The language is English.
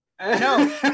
No